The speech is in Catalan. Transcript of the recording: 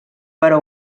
però